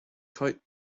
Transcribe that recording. kite